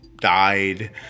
died